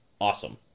awesome